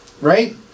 right